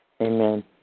Amen